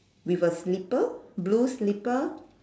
with a slipper blue slipper